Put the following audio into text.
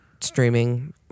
streaming